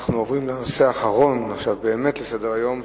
אנחנו עוברים עכשיו באמת לנושא האחרון בסדר-היום,